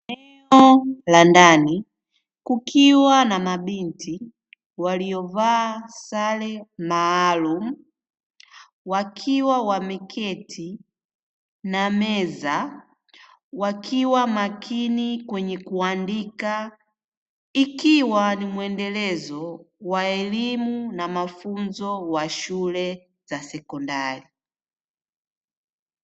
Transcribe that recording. Eneo la ndani kukiwa na mabinti waliovaa sare maalumu. Wakiwa wameketi na meza, wakiwa makini kwenye kuandika. Ikiwa ni mwendelezo wa elimu na mafunzo wa shule za sekondari.